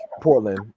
Portland